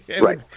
Right